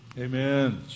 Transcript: Amen